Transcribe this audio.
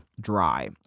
dry